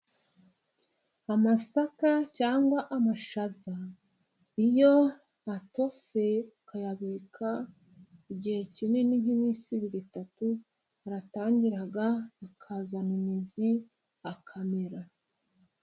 Amasaka cyangwa amashaza, iyo atose ukayabika igihe kinini nk'iminsi ibiri, itatu, aratangira akazana imizi akamera.